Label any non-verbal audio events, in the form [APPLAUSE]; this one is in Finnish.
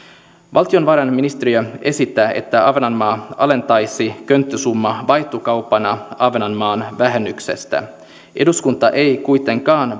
valtiovarainministeriö esittää että ahvenanmaa alentaisi könttäsumman vaihtokauppana ahvenanmaan vähennyksestä eduskunta ei kuitenkaan [UNINTELLIGIBLE]